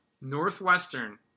Northwestern